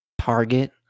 Target